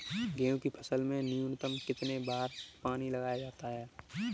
गेहूँ की फसल में न्यूनतम कितने बार पानी लगाया जाता है?